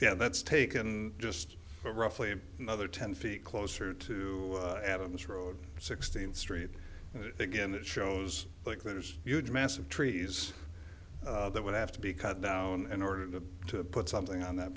yeah that's taken just roughly another ten feet closer to adams road sixteenth street again that shows like there's huge massive trees that would have to be cut down in order to put something on that